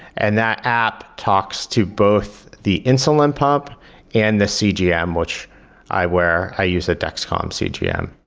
and that app talks to both the insulin pump and the cgm which i wear. i use a dexcom cgm.